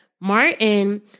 Martin